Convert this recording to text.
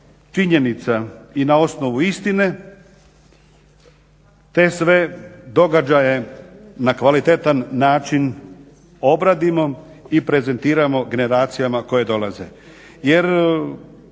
i na osnovu istine te sve događaje na kvalitetan način obradimo i prezentiramo generacijama koje dolaze